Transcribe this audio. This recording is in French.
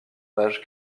page